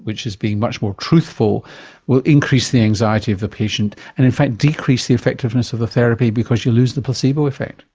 which is being much more truthful, it will increase the anxiety of the patient and in fact decrease the effectiveness of the therapy because you lose the placebo effect.